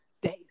days